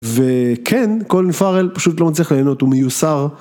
וכן, קולין פארל פשוט לא מצליח ליהנות, הוא מיוסר.